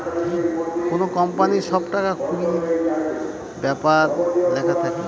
কোনো কোম্পানির সব টাকা কুড়ির ব্যাপার লেখা থাকে